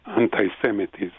anti-Semitism